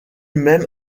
même